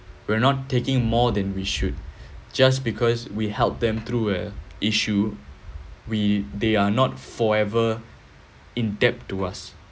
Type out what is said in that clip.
we are not taking more than we should just because we help them through a issue we they are not forever indebted to us